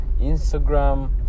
Instagram